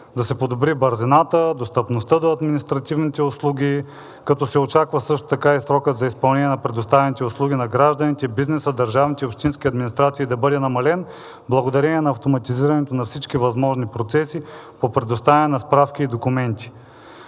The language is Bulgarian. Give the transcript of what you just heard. да се подобрят бързината, достъпността до административните услуги, като се очаква също така и срокът за изпълнение на предоставените услуги на гражданите, бизнеса, държавните и общинските администрации да бъде намален благодарение на автоматизирането на всички възможни процеси по предоставяне на справки и документи.